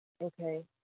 Okay